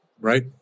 right